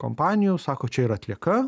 kompanijų sako čia yra atlieka